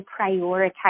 prioritize